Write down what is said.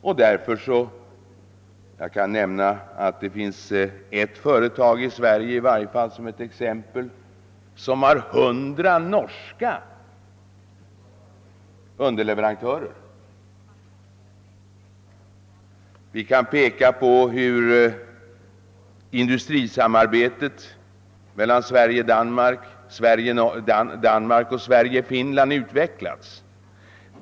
Jag kan som ett exempel nämna att det finns ett företag i Sverige som har 100 norska underleverantörer. Vi kan peka på hur industrisamarbetet mellan Danmark, Norge, Finland och Sverige utvecklats.